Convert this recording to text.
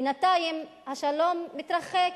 בינתיים השלום מתרחק.